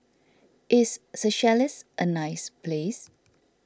is Seychelles a nice place